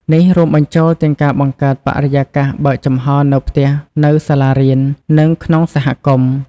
នេះរួមបញ្ចូលទាំងការបង្កើតបរិយាកាសបើកចំហរនៅផ្ទះ នៅសាលារៀន និងក្នុងសហគមន៍។